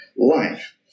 life